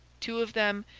two of them,